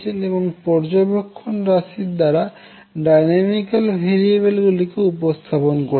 এবং পর্যবেক্ষণ রাশির দ্বারা ডাইনামিক্যাল ভেরিয়েবল গুলি উপস্থাপন করেছেন